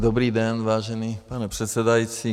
Takže dobrý den, vážený pane předsedající.